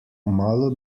malo